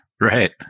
Right